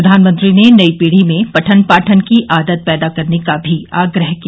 प्रधानमंत्री ने नई पीढ़ी में पठन पाठन की आदत पैदा करने का भी आग्रह किया